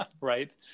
Right